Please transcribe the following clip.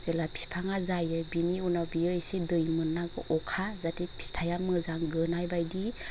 जेला बिफाङा जायो बिनि उनाव बियो एसे दै मोननागौ अखा जाहाथे फिथाइया मोजां गोनाय बायदि